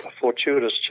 fortuitous